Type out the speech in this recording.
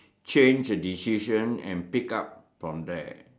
change a decision and pick up from there